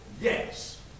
yes